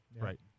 right